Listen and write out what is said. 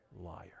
liar